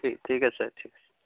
ঠিক আছে ঠিক আছে